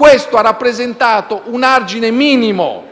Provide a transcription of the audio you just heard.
Ciò ha rappresentato un argine minimo